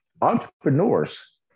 entrepreneurs